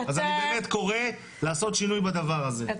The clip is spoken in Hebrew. אז אני באמת קורא לעשות שינוי בדבר הזה.